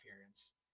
appearance